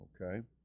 okay